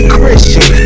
Christian